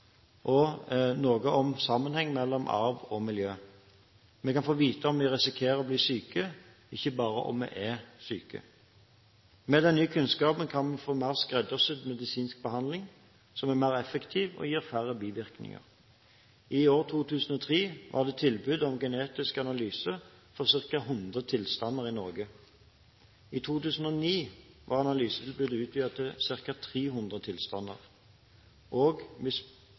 og noe om sammenhengen mellom arv og miljø. Vi kan få vite om vi risikerer å bli syke, ikke bare om vi er syke. Med den nye kunnskapen kan vi få mer skreddersydd medisinsk behandling, som er mer effektiv og gir færre bivirkninger. I 2003 var det tilbud om genetisk analyse for ca. 100 tilstander i Norge. I 2009 var analysen blitt utvidet til ca. 300 tilstander, og